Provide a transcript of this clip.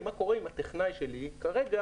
החלוקה היא מה קורה אם הטכנאי שלי כרגע